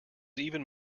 even